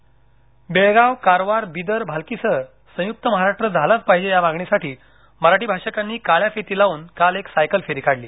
काळा दिवस बेळगाव कारवार बेदर भालकीसह संयुक्त महाराष्ट्र झालाच पाहिजे या मागणीसाठी मराठी भाषिकांनी काळ्या फिती लावून काल एक सायकल फेरी काढली